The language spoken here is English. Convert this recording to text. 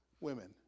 women